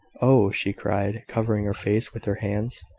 oh! she cried, covering her face with her hands,